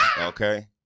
Okay